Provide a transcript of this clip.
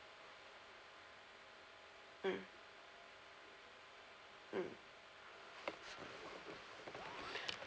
mm mm